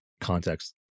context